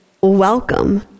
welcome